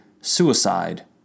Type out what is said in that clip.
suicide